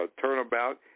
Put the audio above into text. turnabout